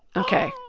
ok.